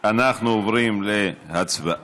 אנחנו עוברים להצבעה